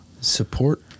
support